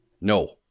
no